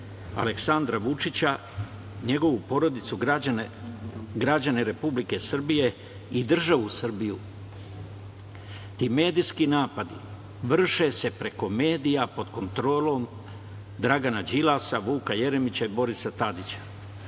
Aleksandra Vučića, njegovu porodicu, građane Republike Srbije i državu Srbiju. Ti medijski napadi vrše se preko medija pod kontrolom Dragana Đilasa, Vuka Jeremića i Borisa Tadića.